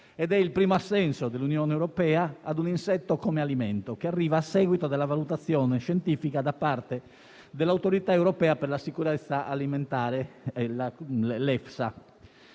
È il primo assenso dell'Unione europea ad un insetto come alimento, che arriva a seguito della valutazione scientifica da parte dell'Autorità europea per la sicurezza alimentare (EFSA).